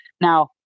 now